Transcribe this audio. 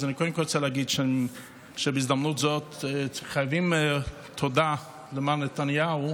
אז אני קודם כול רוצה להגיד שבהזדמנות זאת חייבים תודה למר נתניהו,